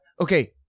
Okay